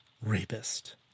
rapist